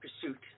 pursuit